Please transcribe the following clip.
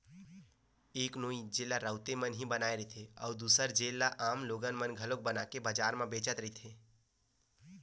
एक नोई जेला राउते मन ही बनाए रहिथे, अउ दूसर जेला आम लोगन मन घलोक बनाके बजार म बेचत रहिथे